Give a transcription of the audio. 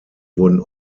wurden